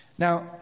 Now